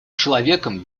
человеком